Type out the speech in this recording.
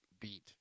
beat